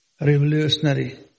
revolutionary